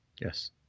Yes